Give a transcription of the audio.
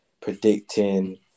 predicting